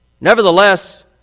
Nevertheless